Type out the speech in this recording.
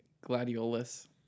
gladiolus